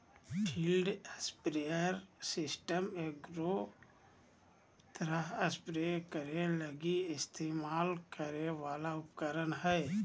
field sprayer system एगो तरह spray करे लगी इस्तेमाल करे वाला उपकरण हइ